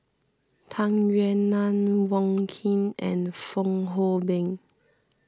Tung Yue Nang Wong Keen and Fong Hoe Beng